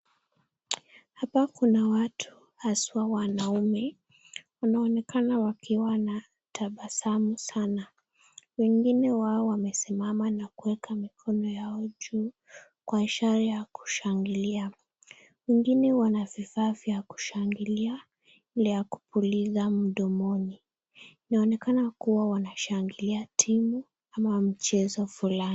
Hapa kuna watu haswa wanaume, wanaonekana wakiwa na tabasamu sana. Wengine wa wamesimama na kuweka mikono yao juu kwa ishara ya kushangilia. Wengine wana vifaa vya kushangilia ile ya kupuliza mdomoni inaonekana kuwa wanashangilia timu ama mchezo fulani.